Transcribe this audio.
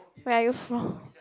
where are you from